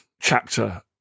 chapter